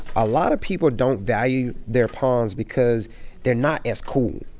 a lot of people don't value their pawns because they're not as cool,